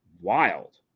wild